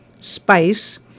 spice